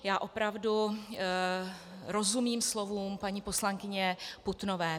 Já opravdu rozumím slovům paní poslankyně Putnové.